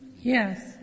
Yes